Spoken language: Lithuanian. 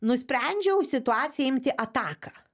nusprendžiau situaciją imti ataką